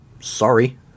sorry